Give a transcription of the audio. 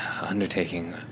Undertaking